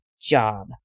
job